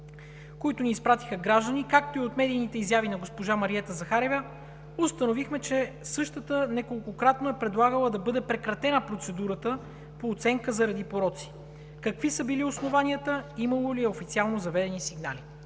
които ни изпратиха граждани, както и от медийните изяви на госпожа Мариета Захариева, установихме, че тя няколкократно е предлагала да бъде прекратена процедурата по оценка заради пороци. Какви са били основанията? Имало ли е официално заведени сигнали?